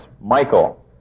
Michael